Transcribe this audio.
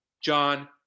John